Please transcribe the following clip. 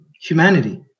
Humanity